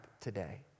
today